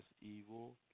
evil